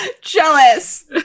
Jealous